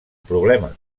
problema